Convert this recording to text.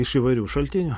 iš įvairių šaltinių